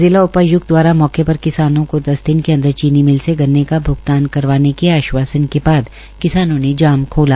जिला उपाय्क्त द्वारा मौके पर किसानों को दस दिन के अंदर चीनी मिल से गन्ने का भ्गतान करवाने के आश्वासन के बाद किसानों ने जाम खोला